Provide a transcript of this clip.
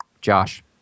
Josh